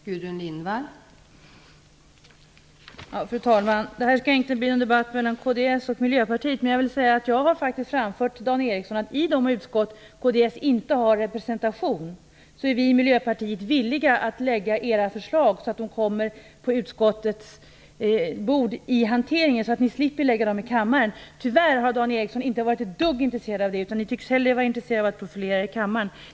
Fru talman! Det här skall inte bli en debatt mellan kds och Miljöpartiet, men jag vill säga att jag faktiskt har framfört till Dan Ericsson att i de utskott som kds inte har representation är vi i Miljöpartiet villiga att lägga fram era förslag så att de kommer på utskottets bord, så att ni slipper lägga fram dem i kammaren. Tyvärr har Dan Ericsson inte varit ett dugg intresserad av det. Ni tycks vara mer intresserade av att profilera er i kammaren.